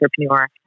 entrepreneur